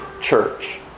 church